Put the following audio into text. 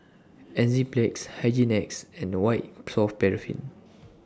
Enzyplex Hygin X and White Soft Paraffin